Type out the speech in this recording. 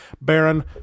Baron